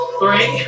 three